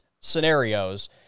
scenarios